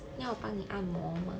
你要我帮你按摩吗